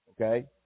Okay